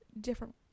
different